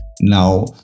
now